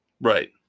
Right